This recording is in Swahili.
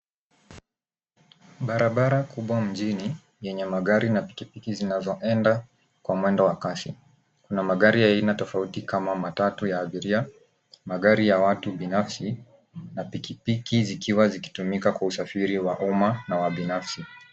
Barabara kubwa mjini, yenye magari, na pikipiki zinazoenda kwa mwendo wa kasi. Kuna magari ya aina tofauti kama matatu ya abiria, magari ya watu binafsi, na pikipiki zikiwa zikitumika kwa usafiri wa umma, na wa binafsi.